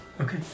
Okay